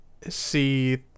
see